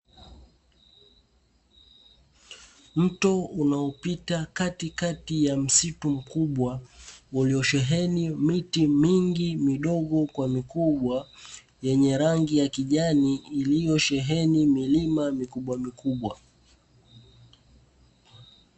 Mto unaopita katikati ya msitu mkubwa uliosheheni miti mingi midogo kwa mikubwa yenye rangi ya kijani, iliyosheheni milima mikubwamikubwa.